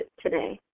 today